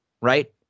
Right